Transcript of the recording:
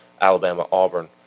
Alabama-Auburn